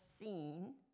seen